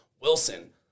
Wilson